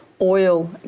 oil